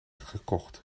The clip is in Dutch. gekocht